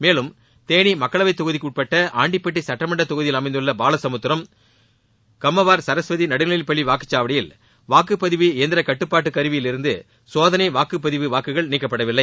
மேலும் தேனி மக்களவைத்தொகுதிக்குட்பட்ட ஆண்டிபட்டி சுட்டமன்ற தொகுதியில் அமைந்துள்ள பாலசமுத்திரம் கம்மவார் சரஸ்வதி நடுநிலைப்பள்ளி வாக்குச்சாவடியில் வாக்குப்பதிவு இயந்திர கட்டுப்பாட்டு கருவியிலிருந்து சோதனை வாக்குப்பதிவு வாக்குகள் நீக்கப்படவில்லை